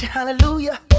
Hallelujah